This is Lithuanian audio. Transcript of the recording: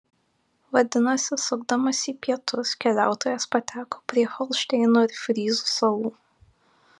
vadinasi sukdamas į pietus keliautojas pateko prie holšteino ir fryzų salų